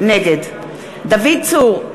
נגד דוד צור,